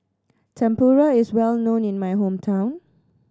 Tempura is well known in my hometown